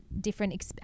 different